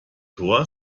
tor